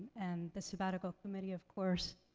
and the sabbatical committee, of course,